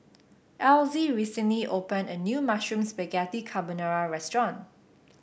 Elzy recently opened a new Mushroom Spaghetti Carbonara Restaurant